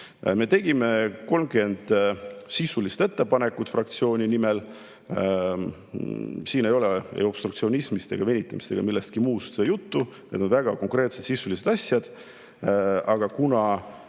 Me tegime 30 sisulist ettepanekut fraktsiooni nimel. Siin ei ole obstruktsioonist ega venitamisest ega millestki muust sellisest juttu, need on väga konkreetsed, sisulised asjad. Aga kuna